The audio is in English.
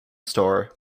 store